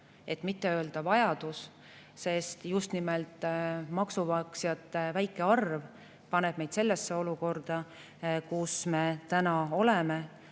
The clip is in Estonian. et mitte öelda vajadus –, sest just nimelt maksumaksjate väike arv paneb meid sellesse olukorda, kus me täna oleme.